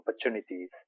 opportunities